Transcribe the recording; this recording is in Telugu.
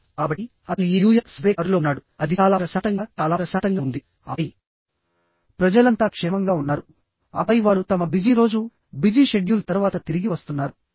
కాబట్టి అతను ఈ న్యూయార్క్ సబ్వే కారులో ఉన్నాడు అది చాలా ప్రశాంతంగా చాలా ప్రశాంతంగా ఉంది ఆపై ప్రజలంతా క్షేమంగా ఉన్నారు ఆపై వారు తమ బిజీ రోజు బిజీ షెడ్యూల్ తర్వాత తిరిగి వస్తున్నారు